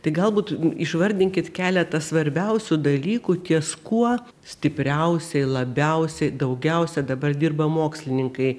tai galbūt išvardinkit keletą svarbiausių dalykų ties kuo stipriausiai labiausiai daugiausia dabar dirba mokslininkai